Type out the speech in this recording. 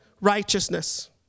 righteousness